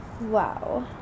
wow